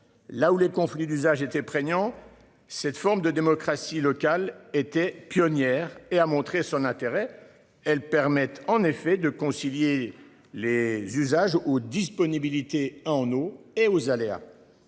Là où les conflits d'usage était prégnant cette forme de démocratie locale était pionnière et a montré son intérêt. Elles permettent en effet de concilier les usages au disponibilité en eau et aux aléas.